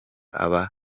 aba